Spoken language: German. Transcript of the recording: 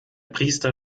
priester